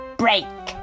break